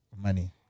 money